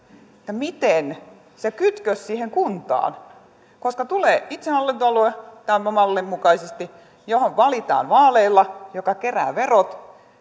miten toteutuu se kytkös siihen kuntaan koska tulee itsehallintoalue tämän mallin mukaisesti johon valitaan vaaleilla ja joka kerää verot